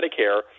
Medicare